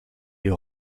des